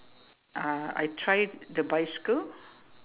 uh I tried the bicycle